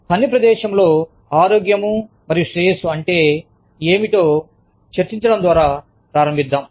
పని ప్రదేశంలో ఆరోగ్యం మరియు శ్రేయస్సు అంటే ఏమిటో చర్చించడం ద్వారా ప్రారంభిద్దాం